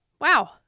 wow